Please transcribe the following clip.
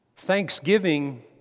Thanksgiving